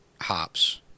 hops